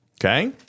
Okay